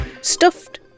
Stuffed